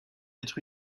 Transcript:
être